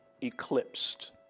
eclipsed